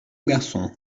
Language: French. garçon